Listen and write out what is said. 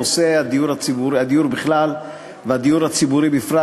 נושא הדיור בכלל והדיור הציבורי בפרט,